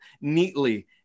neatly